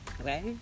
Okay